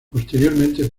posteriormente